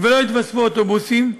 ולא התווספו אוטובוסים,